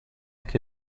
che